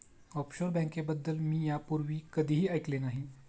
offshore बँकेबद्दल मी यापूर्वी कधीही ऐकले नाही